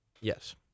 Yes